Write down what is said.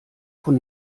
von